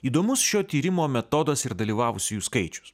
įdomus šio tyrimo metodas ir dalyvavusiųjų skaičius